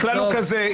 הכלל הוא כזה,